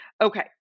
okay